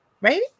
Right